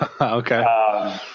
Okay